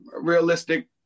realistic